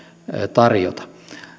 tarjota